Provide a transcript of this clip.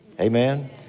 Amen